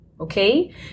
okay